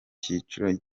cyiciro